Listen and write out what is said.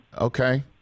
Okay